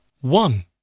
one